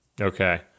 Okay